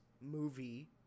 movie